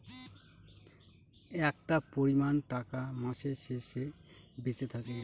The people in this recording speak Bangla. একটা পরিমান টাকা মাসের শেষে বেঁচে থাকে